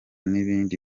n’ibindi